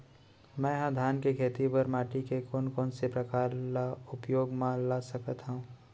मै ह धान के खेती बर माटी के कोन कोन से प्रकार ला उपयोग मा ला सकत हव?